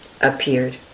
appeared